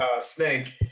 snake